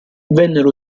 vennero